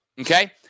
okay